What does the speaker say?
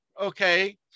okay